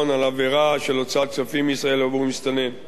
על עבירה של הוצאת כספים מישראל בעבור מסתנן.